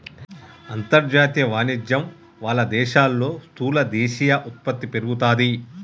అంతర్జాతీయ వాణిజ్యం వాళ్ళ దేశాల్లో స్థూల దేశీయ ఉత్పత్తి పెరుగుతాది